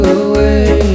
away